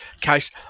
case